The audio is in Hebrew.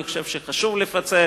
אני חושב שחשוב לפצל,